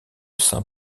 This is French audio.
saint